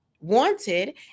wanted